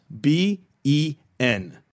B-E-N